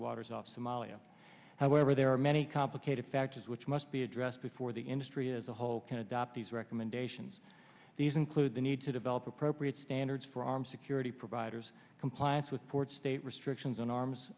off somalia however there are many complicated factors which must be addressed before the industry as a whole can adopt these recommendations these include the need to develop appropriate standards for armed security providers compliance with ports state restrictions on arms